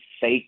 fake